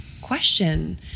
question